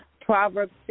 Proverbs